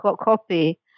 copy